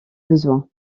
besoin